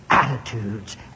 attitudes